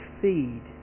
feed